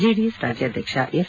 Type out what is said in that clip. JDS ರಾಜ್ಯಾಧ್ಯಕ್ಷ H